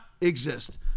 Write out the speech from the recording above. exist